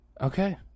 okay